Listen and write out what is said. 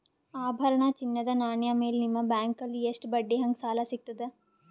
ಆಭರಣ, ಚಿನ್ನದ ನಾಣ್ಯ ಮೇಲ್ ನಿಮ್ಮ ಬ್ಯಾಂಕಲ್ಲಿ ಎಷ್ಟ ಬಡ್ಡಿ ಹಂಗ ಸಾಲ ಸಿಗತದ?